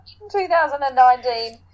2019